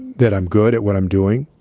that i'm good at what i'm doing,